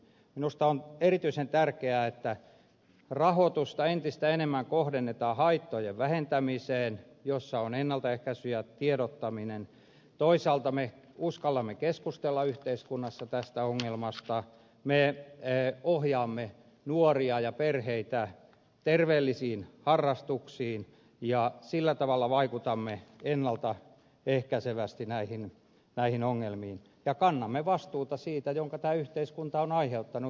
minusta on erityisen tärkeää että rahoitusta entistä enemmän kohdennetaan haittojen vähentämiseen jossa ovat tärkeitä ennaltaehkäisy ja tiedottaminen että toisaalta me uskallamme keskustella yhteiskunnassa tästä ongelmasta me ohjaamme nuoria ja perheitä terveellisiin harrastuksiin ja sillä tavalla vaikutamme ennalta ehkäisevästi näihin ongelmiin ja kannamme vastuuta siitä minkä tämä yhteiskunta on aiheuttanut